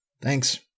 Thanks